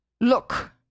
Look